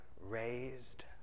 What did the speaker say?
raised